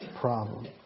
problem